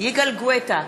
יגאל גואטה,